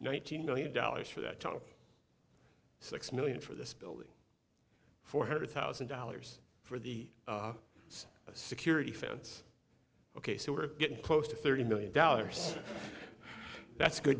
hundred million dollars for that top six million for this building four hundred thousand dollars for the security fence ok so we're getting close to thirty million dollars that's a good